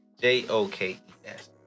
J-O-K-E-S